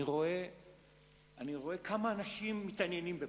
אני רואה כמה אנשים מתעניינים בפוליטיקה,